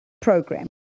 Program